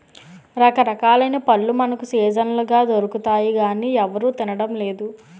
రకరకాలైన పళ్ళు మనకు సీజనల్ గా దొరుకుతాయి గానీ ఎవరూ తినడం లేదు